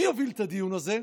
מי יוביל את הדיון הזה?